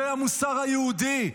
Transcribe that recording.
זה המוסר היהודי.